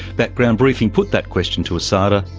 background briefing put that question to asada,